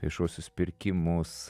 viešuosius pirkimus